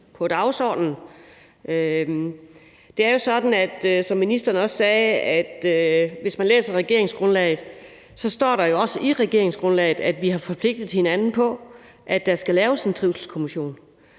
på dagsordenen. Det er jo sådan, som ministeren også sagde, at hvis man læser regeringsgrundlaget, står der jo, at vi har forpligtet hinanden på, at der skal laves en trivselskommission.